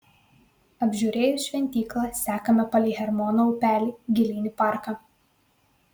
apžiūrėjus šventyklą sekame palei hermono upelį gilyn į parką